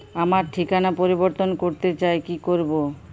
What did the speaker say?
আমার ঠিকানা পরিবর্তন করতে চাই কী করব?